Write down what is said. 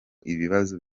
ibibazo